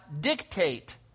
dictate